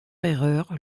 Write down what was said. erreur